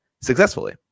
successfully